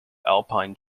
alpine